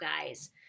guys